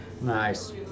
Nice